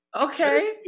Okay